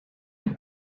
the